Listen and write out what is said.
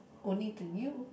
only to you